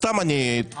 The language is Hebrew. סתם אני זורק,